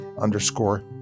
underscore